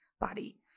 body